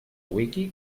wiki